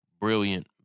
brilliant